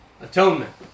atonement